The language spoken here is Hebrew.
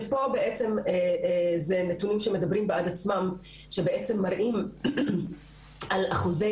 שפה אלה נתונים שמדברים בעד עצמם שמראים על אחוזי